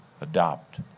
adopt